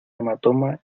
hematoma